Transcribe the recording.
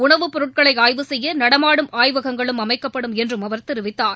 உனவுப் பொருட்களை ஆய்வு செய்ய நடமாடும் ஆய்வகங்களும் அமைக்கப்படும் என்றும் அவர் தெரிவித்தார்